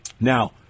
Now